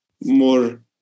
more